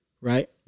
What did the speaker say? right